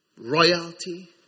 royalty